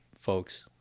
folks